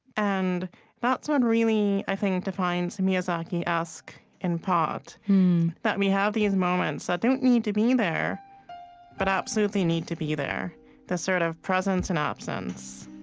and that's what really, i think, defines miyazaki-esque, in part that we have these moments that don't need to be there but absolutely need to be there the sort-of sort of presence and absence